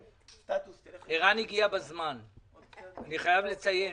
ערן הגיע בזמן, אני חייב לציין.